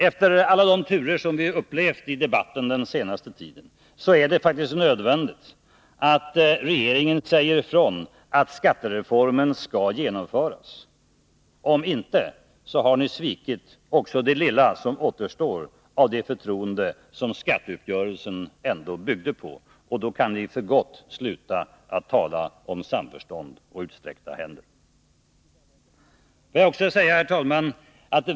Efter alla de turer vi upplevt i debatten den senaste tiden är det faktiskt nödvändigt att regeringen säger ifrån att skattereformen skall genomföras. Om inte, så har ni svikit också det lilla som återstår av det förtroende som skatteuppgörelsen ändå byggde på. Då kan ni för gott sluta att tala om samförstånd och utsträckta händer.